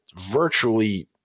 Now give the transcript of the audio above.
virtually